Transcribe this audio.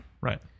Right